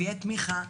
ותהיה תמיכה.